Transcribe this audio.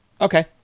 Okay